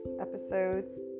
Episodes